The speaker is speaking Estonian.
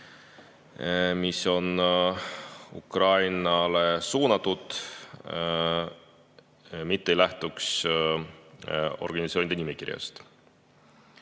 mis on Ukrainale suunatud, mitte ei lähtuks organisatsioonide nimekirjast.